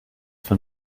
von